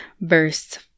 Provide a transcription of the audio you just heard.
verse